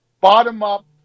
bottom-up